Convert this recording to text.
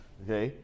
okay